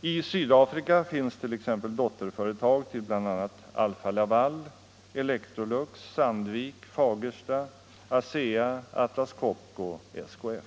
I Sydafrika finns t.ex. dotterföretag till bl.a. Alfa-Laval, Electrolux, Sandvik, Fagersta, ASEA, Atlas Copco och SKF.